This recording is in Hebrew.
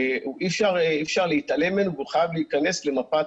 אי אפשר להתעלם ממנו והוא חייב להיכנס למפת